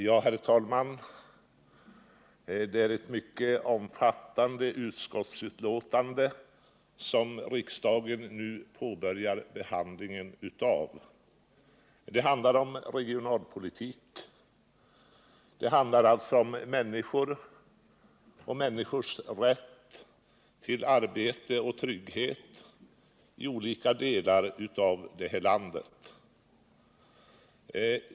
Herr talman! Det är ett mycket omfattande utskottsbetänkande som riksdagen nu påbörjar behandlingen av. Det handlar om regionalpolitik. Det handlar också om människor och om människors rätt till arbete och trygghet i olika delar av det här landet.